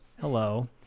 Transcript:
Hello